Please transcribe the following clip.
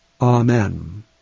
Amen